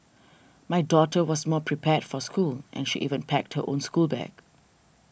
my daughter was more prepared for school and she even packed her own schoolbag